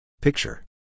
Picture